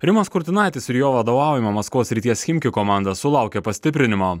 rimas kurtinaitis ir jo vadovaujama maskvos srities chimki komanda sulaukė pastiprinimo